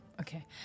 Okay